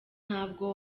ntabwo